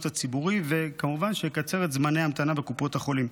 הציבורי וכמובן שיקצר את זמני ההמתנה בקופות החולים.